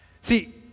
See